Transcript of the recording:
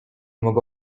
mogę